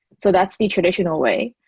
so that's the traditional way.